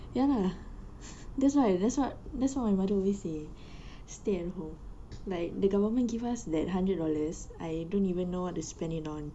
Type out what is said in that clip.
ya lah that's why that's what that's what my mother always say stay at home like the government give us that hundred dollars I don't even know what to spend it on